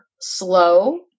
slow